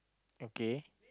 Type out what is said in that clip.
okay